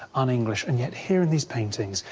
un-english, and yet here in these paintings,